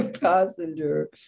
passenger